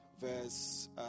verse